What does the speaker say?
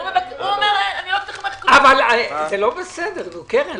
הוא אומר --- זה לא בסדר, קרן.